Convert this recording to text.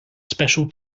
special